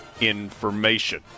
information